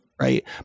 right